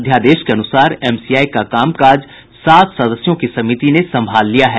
अध्यादेश के अनुसार एमसीआई का काम काज सात सदस्यों की समिति ने संभाल लिया है